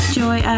joy